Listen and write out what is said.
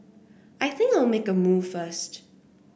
I think I'll make a move first